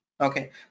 okay